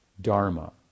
Dharma